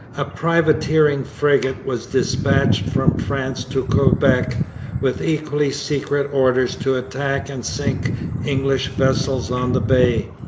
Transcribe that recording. a privateering frigate was dispatched from france to quebec with equally secret orders to attack and sink english vessels on the bay.